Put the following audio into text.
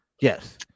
Yes